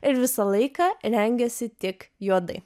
ir visą laiką rengiasi tik juodai